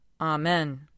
Amen